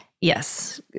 yes